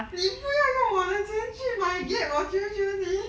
你不要用我的钱去买 gate 我求求你